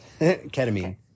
Ketamine